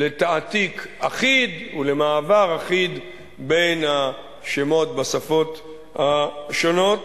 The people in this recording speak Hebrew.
לתעתיק אחיד ולמעבר אחיד בין השמות בשפות השונות,